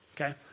okay